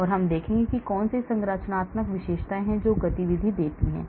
इसलिए हम देखेंगे कि कौन सी संरचनात्मक विशेषताएं हैं जो गतिविधि देती हैं